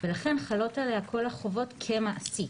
ולכן חלות עליה כל החובות כמעסיק